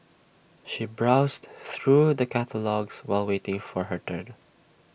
she browsed through the catalogues while waiting for her turn